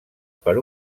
per